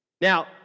Now